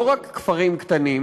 לא רק כפרים קטנים,